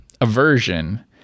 aversion